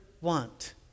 want